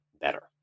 better